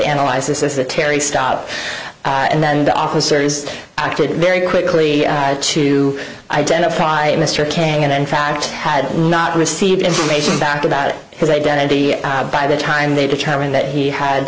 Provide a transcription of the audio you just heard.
analyze this is that terry stop and then the officer is acted very quickly to identify mr kay and in fact had not received information back about his identity out by the time they determined that he had